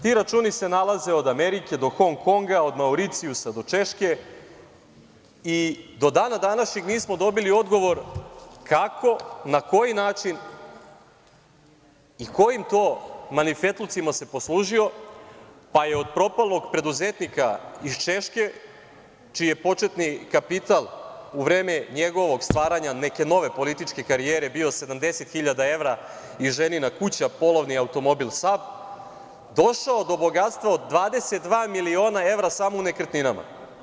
Ti računi se nalaze od Amerike do Hong-Konga, od Mauricijusa do Češke i do dana današnjeg nismo dobili odgovor kako, na koji način i kojim to marifetlucima se poslužio pa je od propalog preduzetnika iz Češke, čiji je početni kapital u vreme njegovog stvaranja neke nove političke karijere bio 70 hiljada evra i ženina kuća, polovni automobil SAB, došao do bogatstva od 22 miliona evra samo u nekretninama.